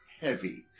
heavy